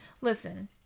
Listen